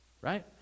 Right